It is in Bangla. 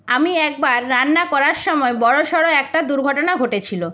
আমি একবার রান্না করার সমায় বড়ো সড়ো একটা দুর্ঘটনা ঘটেছিলো